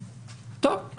טוב,